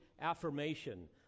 affirmation